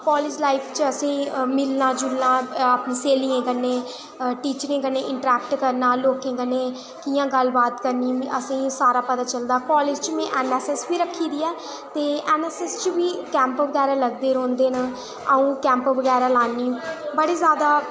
college life च मिलना जुलना अपनी स्हेलियें कन्नै टीचरें कन्नै इंटर ऐक्ट करना लोकें कन्नै कि'यां गल्ल बात करनी असें ई सारा पता चलदा ते कॉलेज च में एनएसएस बी रक्खी दी ऐ ते एनएसएस च बी कैंप बगैरा लगदे रौंह्दे न अ'ऊं कैंप बगैरा लान्नी बड़ी ज्यादा